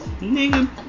Nigga